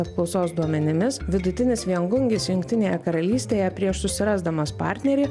apklausos duomenimis vidutinis viengungis jungtinėje karalystėje prieš susirasdamas partnerį